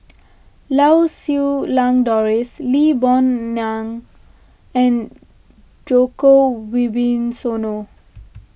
Lau Siew Lang Doris Lee Boon Ngan and Djoko Wibisono